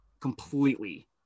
completely